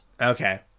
Okay